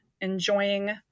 enjoying